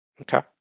Okay